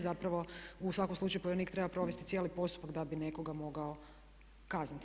Zapravo u svakom slučaju povjerenik treba provesti cijeli postupak da bi nekoga mogao kazniti.